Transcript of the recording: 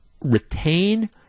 retain